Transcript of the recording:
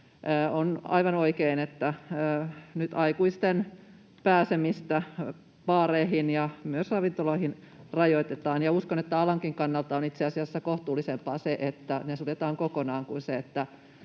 on aivan oikein, että aikuisten pääsemistä baareihin ja myös ravintoloihin rajoitetaan. Uskon, että alankin kannalta on itse asiassa kohtuullisempaa se, että ne suljetaan kokonaan, kuin se, että